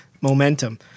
momentum